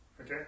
Okay